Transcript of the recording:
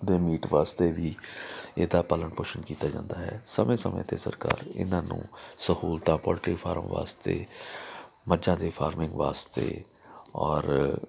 ਦੇ ਮੀਟ ਵਾਸਤੇ ਵੀ ਇਹਦਾ ਪਾਲਣ ਪੋਸ਼ਣ ਕੀਤਾ ਜਾਂਦਾ ਹੈ ਸਮੇਂ ਸਮੇਂ 'ਤੇ ਸਰਕਾਰ ਇਹਨਾਂ ਨੂੰ ਸਹੂਲਤਾਂ ਪੋਲਟਰੀ ਫਾਰਮ ਵਾਸਤੇ ਮੱਝਾਂ ਦੇ ਫਾਰਮਿੰਗ ਵਾਸਤੇ ਔਰ